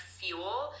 fuel